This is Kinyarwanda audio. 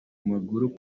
maguru